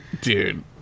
Dude